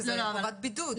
כי זה חובת בידוד.